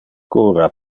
cura